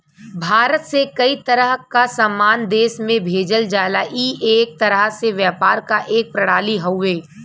भारत से कई तरह क सामान देश में भेजल जाला ई एक तरह से व्यापार क एक प्रणाली हउवे